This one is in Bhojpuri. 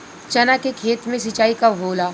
चना के खेत मे सिंचाई कब होला?